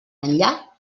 enllà